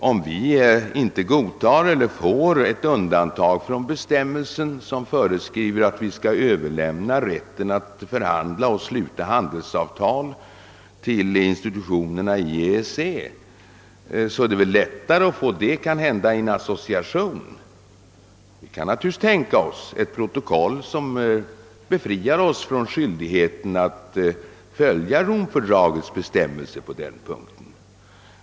Om vi vill utverka undantag från bestämmelsen om att överlämna rätten att förhandla och sluta handelsavtal till institutionerna i EEC, så är det kanske lättare att åstadkomma det vid en association än vid medlemskap. Vi kan naturligtvis tänka oss ett protokoll som befriar oss från skyldigheten att följa Romfördragets bestämmelser på den punkten.